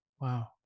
Wow